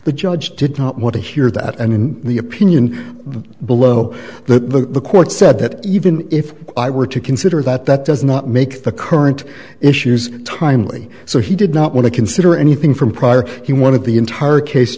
the judge did not want to hear that and in the opinion below the court said that even if i were to consider that that does not make the current issues timely so he did not want to consider anything from prior he one of the entire case